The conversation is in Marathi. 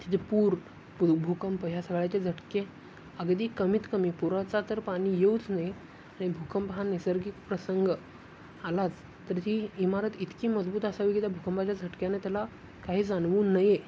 तिथे पूर पु भूकंप ह्या सगळ्याचे झटके अगदी कमीत कमी पुराचा तर पाणी येऊच नये आणि भूकंप हा नैसर्गिक प्रसंग आलाच तर ती इमारत इतकी मजबूत असावी की त्या भूकंपाच्या झटक्याने त्याला काही जाणवू नये